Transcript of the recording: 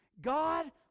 god